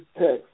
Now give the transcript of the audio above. text